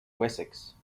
wessex